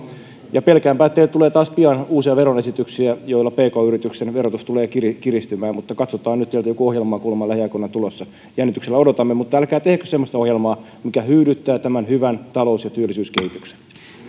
ja pelkäänpä että teiltä tulee taas pian uusia veroesityksiä joilla pk yritysten verotus tulee kiristymään mutta katsotaan nyt joku ohjelma on kuulemma lähiaikoina tulossa jännityksellä odotamme mutta älkää tehkö semmoista ohjelmaa mikä hyydyttää tämän hyvän talous ja työllisyyskehityksen